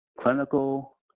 clinical